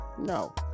No